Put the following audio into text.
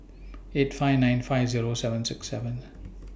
eight five nine five Zero seven six seven